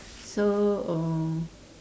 so um